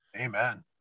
Amen